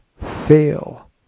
Fail